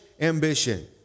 ambition